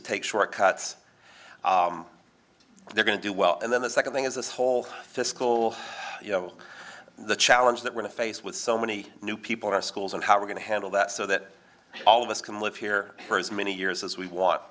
to take shortcuts they're going to do well and then the second thing is this whole school you know the challenge that we're faced with so many new people or schools or how we're going to handle that so that all of us can live here for as many years as we want